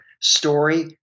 story